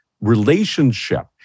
relationship